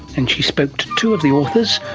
and she spoke to two of the authors,